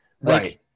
Right